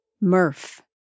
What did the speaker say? Murph